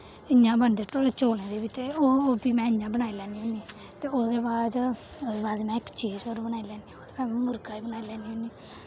इ'यां बनदे ढोडे चौलें दे बी ते ओह् ओह् बी में इ'यां बनाई लैन्नी होन्नीं ते ओह्दे बाद च ओह्दे बाद में इक चीज होर बनाई लैन्नी होन्नीं में मुर्गा बी बनाई लैन्नी होन्नीं